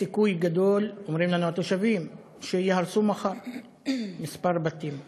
שיש סיכוי גדול שייהרסו מחר בתים אחדים,